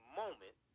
moment